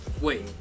Wait